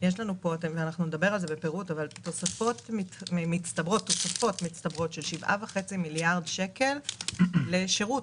יש לנו תוספות מצטברות של שבעה וחצי מיליארד שקל לשירות,